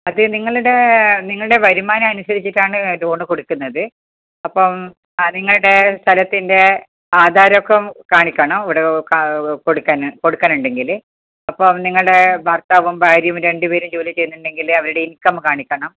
അതെ നിങ്ങളുടെ നിങ്ങളുടെ വരുമാനം അനുസരിച്ചിട്ടാണ് ലോൺ കൊടുക്കുന്നത് അപ്പം ആ നിങ്ങളുടെ സ്ഥലത്തിൻ്റെ ആധാരമൊക്കെ കാണിക്കണം ഇവിടെ കൊടുക്കാൻ കൊടുക്കാനുണ്ടെങ്കിൽ അപ്പോൾ നിങ്ങളെ ഭർത്താവും ഭാര്യയും രണ്ടുപേരും ജോലി ചെയ്യുന്നുണ്ടെങ്കിൽ അവരുടെ ഇൻകം കാണിക്കണം